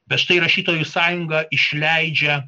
bet štai rašytojų sąjungą išleidžia